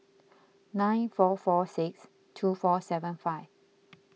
nine four four six two four seven five